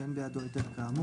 שאין בידו את ההיתר כאמור.